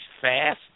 fast